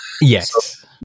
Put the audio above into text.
Yes